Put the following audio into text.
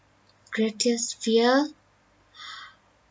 greatest fear